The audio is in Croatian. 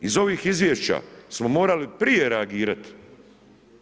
Iz ovih izvješća smo morali prije reagirati.